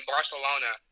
Barcelona